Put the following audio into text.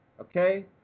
Okay